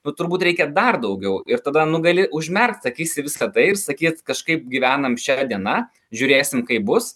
nu turbūt reikia dar daugiau ir tada nu gali užmerkt akis į visa tai ir sakyt kažkaip gyvenam šia diena žiūrėsim kaip bus